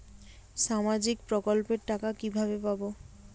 সামাজিক প্রকল্পের টাকা কিভাবে পাব?